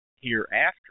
hereafter